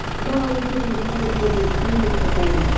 we give thanks for this beautiful day.